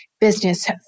business